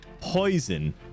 poison